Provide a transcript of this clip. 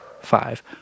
five